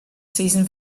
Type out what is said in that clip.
season